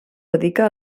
dedica